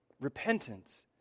repentance